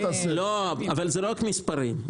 אבל זה לא רק מספרים,